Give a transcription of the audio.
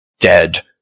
Dead